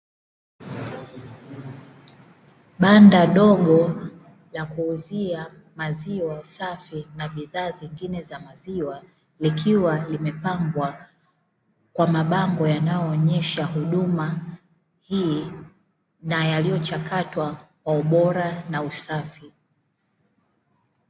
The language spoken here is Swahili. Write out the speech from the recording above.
Banda dogo la kuuzia maziwa safi na bidhaa zingine za maziwa, likiwa limepambwa kwa mabango yanayoonyesha huduma hii, na yaliyochakatwa kwa ubora na usafi.